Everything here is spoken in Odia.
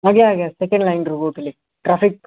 ଆଜ୍ଞା ଆଜ୍ଞା ସେକେଣ୍ଡ ଲାଇନ୍ରୁ କହୁଥିଲି ଟ୍ରାଫିକ୍